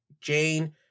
Jane